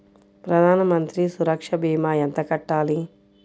ప్రధాన మంత్రి సురక్ష భీమా ఎంత కట్టాలి?